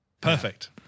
perfect